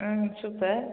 ம் சூப்பர்